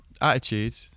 attitude